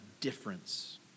difference